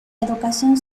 educación